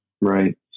right